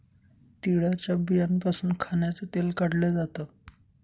तिळाच्या बियांपासून खाण्याचं तेल काढल जात